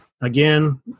again